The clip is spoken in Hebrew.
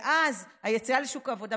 ואז ביציאה לשוק העבודה,